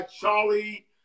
Charlie